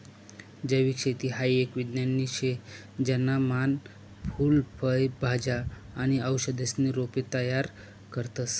जैविक शेती हाई एक विज्ञान शे ज्याना मान फूल फय भाज्या आणि औषधीसना रोपे तयार करतस